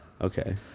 okay